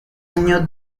año